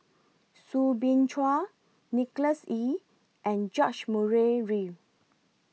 Soo Bin Chua Nicholas Ee and George Murray Reith